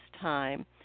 time